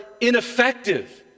ineffective